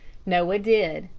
noah did.